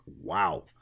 wow